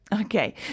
Okay